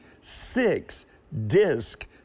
six-disc